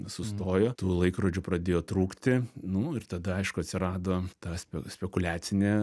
sustojo tų laikrodžių pradėjo trūkti nu ir tada aišku atsirado tas spekuliacinė